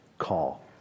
call